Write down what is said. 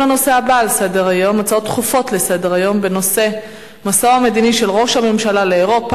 בעד הצביעו חמישה, לא היו מתנגדים ולא היו נמנעים.